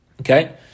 Okay